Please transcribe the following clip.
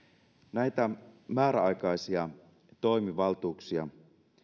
näitä määräaikaisia toimivaltuuksia